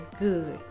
Good